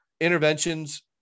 interventions